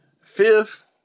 Fifth